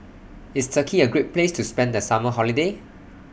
IS Turkey A Great Place to spend The Summer Holiday